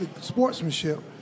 sportsmanship